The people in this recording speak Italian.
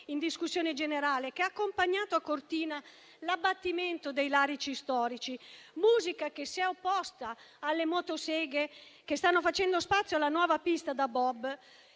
discussione generale, che ha accompagnato a Cortina l'abbattimento dei larici storici: musica che si è opposta alle motoseghe che stanno facendo spazio alla nuova pista da bob.